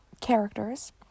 characters